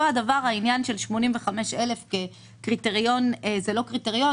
אותו הדבר העניין של 85,000 תושבים כקריטריון זה לא קריטריון,